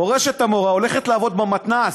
פורשת המורה, הולכת לעבוד במתנ"ס,